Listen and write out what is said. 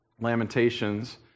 Lamentations